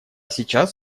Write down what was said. сейчас